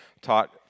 taught